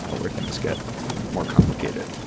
ah where things get more complicated.